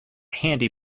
handy